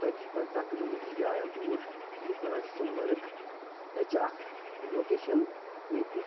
ژتجی پَنٛژاہ کِلوٗمیٖٹر جاے اَکھ دوٗر یَتھ وَنان چھِ سۄنہٕ مرگ تَتہِ چھِ اَکھ لوکیشَن ییٚتہِ